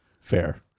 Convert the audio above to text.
Fair